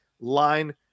line